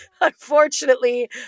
unfortunately